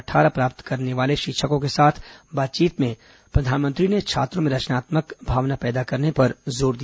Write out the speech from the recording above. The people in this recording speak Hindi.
अट्ठारह प्राप्त करने वाले शिक्षकों के साथ बातचीत में प्रधानमंत्री ने छात्रों में रचनात्मक भावना पैदा करने पर जोर दिया